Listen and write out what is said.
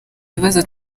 ibibazo